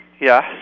Yes